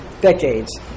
decades